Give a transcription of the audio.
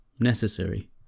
necessary